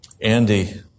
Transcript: Andy